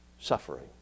suffering